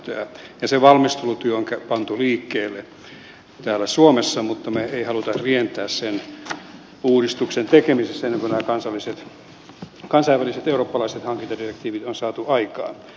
se valmistelutyö on pantu liikkeelle täällä suomessa mutta me emme halua rientää sen uudistuksen tekemisessä ennen kuin nämä kansainväliset eurooppalaiset hankintadirektiivit on saatu aikaan